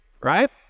right